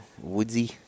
woodsy